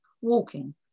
walking